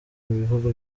bihugu